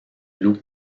lou